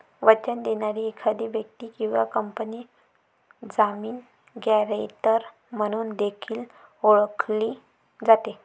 वचन देणारी एखादी व्यक्ती किंवा कंपनी जामीन, गॅरेंटर म्हणून देखील ओळखली जाते